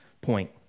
point